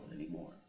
anymore